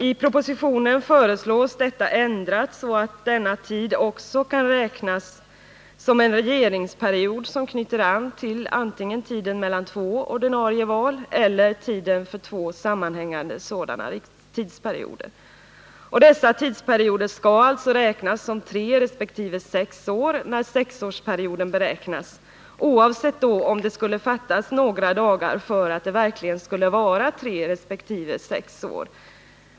I propositionen föreslås detta ändrat, så att denna tid också kan räknas som en regeringsperiod som knyter an till antingen tiden mellan två ordinarie val eller tiden för två sammanhängande sådana tidsperioder. Dessa tidsperioder skall alltså räknas som tre resp. sex år när sexårsperioden beräknas, oavsett om det skulle fattas några dagar för att det verkligen skulle vara tre resp. sex år.